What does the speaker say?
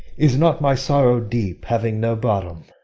is not my sorrow deep, having no bottom?